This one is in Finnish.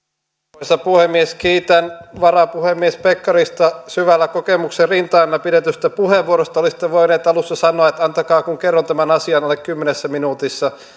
arvoisa puhemies kiitän varapuhemies pekkarista syvällä kokemuksen rintaäänellä pidetystä puheenvuorosta olisitte voinut alussa sanoa että antakaa kun kerron tämän asian alle kymmenessä minuutissa